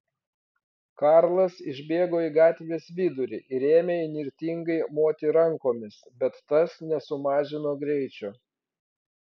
karlas išbėgo į gatvės vidurį ir ėmė įnirtingai moti rankomis bet tas nesumažino greičio